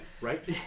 right